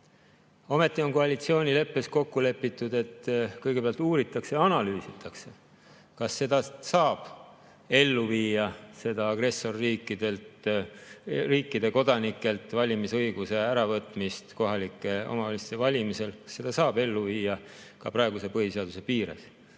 Ometi on koalitsioonileppes kokku lepitud, et kõigepealt uuritakse ja analüüsitakse, kas seda saab ellu viia – agressorriikide kodanikelt valimisõiguse äravõtmist kohalike omavalitsuste valimisel – ka praeguse põhiseaduse piires.